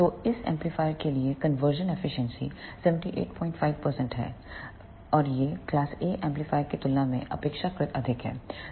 तो इस एम्पलीफायर के लिए कन्वर्जन एफिशिएंसी 785 है और यह क्लास A एम्पलीफायर की तुलना में अपेक्षाकृत अधिक है